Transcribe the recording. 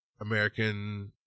American